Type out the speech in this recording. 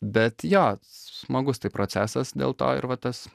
bet jo smagus tai procesas dėl to ir va tas